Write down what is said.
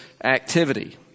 activity